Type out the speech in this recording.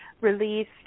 released